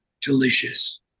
delicious